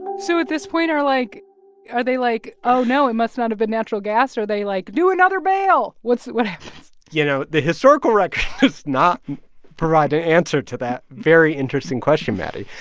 so at this point, are like are they like, oh, no, it must not have been natural gas, or are they like, do another bale? what's what happens? you know, the historical record does not provide a answer to that very interesting question, maddie.